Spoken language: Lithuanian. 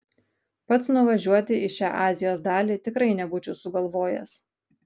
pats nuvažiuoti į šią azijos dalį tikrai nebūčiau sugalvojęs